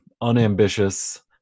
unambitious